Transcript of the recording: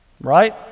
right